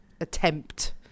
attempt